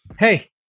Hey